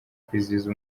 kwizihiza